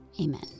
Amen